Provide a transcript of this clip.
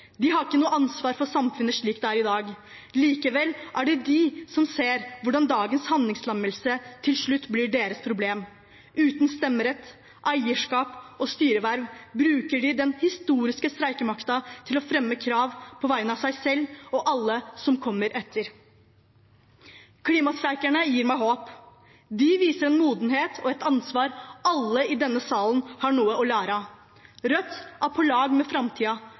De har ikke noe ansvar for samfunnet slik det er i dag. Likevel er det de som ser hvordan dagens handlingslammelse til slutt blir deres problem. Uten stemmerett, eierskap og styreverv bruker de den historiske streikemakten til å fremme krav på vegne av seg selv og alle som kommer etter. Klimastreikerne gir meg håp. De viser en modenhet og et ansvar alle i denne salen har noe å lære av. Rødt er på lag med